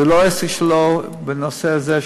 זה לא העסק שלה הנושא הזה,